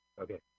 Okay